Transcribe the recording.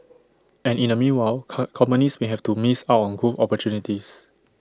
and in the meanwhile cut companies may have to miss out on growth opportunities